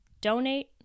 Donate